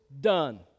done